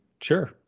Sure